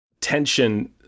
tension